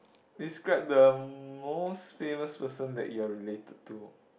describe the most famous person that you're related to